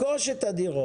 אפשר לרכוש את הדירות.